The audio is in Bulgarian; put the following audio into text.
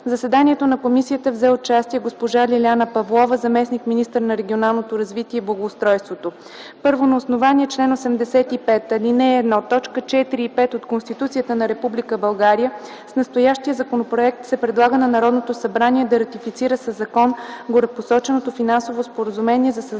заседанието на комисията взе участие госпожа Лиляна Павлова – заместник-министър на регионалното развитие и благоустройството. На основание чл. 85, ал. 1, т. 4 и 5 от Конституцията на Република България с настоящия законопроект се предлага на Народното събрание да ратифицира със закон горепосоченото финансово споразумение за създаване